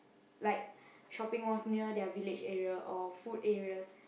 like shopping malls near their village area or food areas